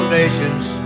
nations